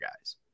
guys